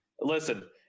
Listen